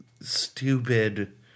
stupid